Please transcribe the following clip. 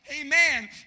amen